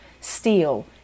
steal